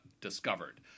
discovered